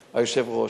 היושב-ראש,